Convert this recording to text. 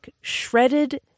shredded